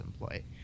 employee